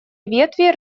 ветви